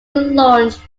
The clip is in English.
launched